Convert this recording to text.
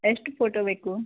ಎಷ್ಟು ಫೋಟೊ ಬೇಕು